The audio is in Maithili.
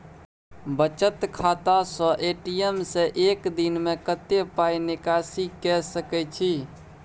बचत खाता स ए.टी.एम से एक दिन में कत्ते पाई निकासी के सके छि?